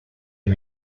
and